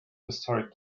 historic